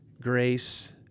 grace